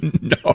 No